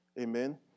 Amen